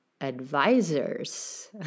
advisors